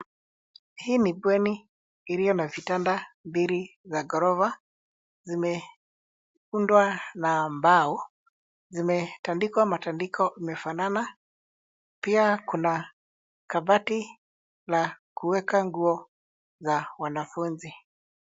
Hii ni bweni iliyo na vitanda viwili vya ghorofa. Zimeundwa na mbao. Zimetandikwa matandiko imefanana. Pia kuna kabati la kuweka nguo za wanafunzi.